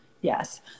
Yes